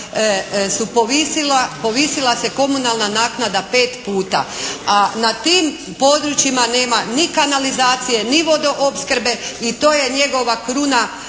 povisila se komunalna naknada 5 puta. A na tim područjima nema ni kanalizacije ni vodoopskrbe i to je njegova kruna